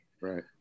Right